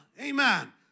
Amen